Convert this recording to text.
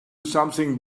something